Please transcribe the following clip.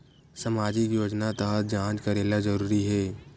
सामजिक योजना तहत जांच करेला जरूरी हे